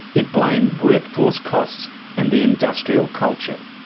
it blamed workforce costs and the industrial culture,